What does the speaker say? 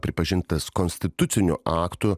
pripažintas konstituciniu aktu